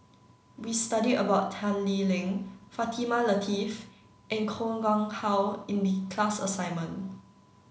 we studied about Tan Lee Leng Fatimah Lateef and Koh Nguang how in the class assignment